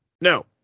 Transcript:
No